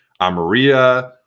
Amaria